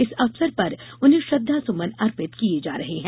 इस अवसर पर उन्हें श्रद्धासुमन अर्पित किये जा रहे है